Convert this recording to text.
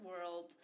world